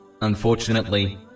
Unfortunately